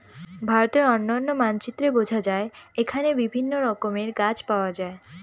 ভারতের অনন্য মানচিত্রে বোঝা যায় এখানে বিভিন্ন রকমের গাছ পাওয়া যায়